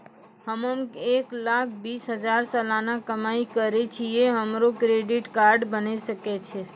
हम्मय एक लाख बीस हजार सलाना कमाई करे छियै, हमरो क्रेडिट कार्ड बने सकय छै?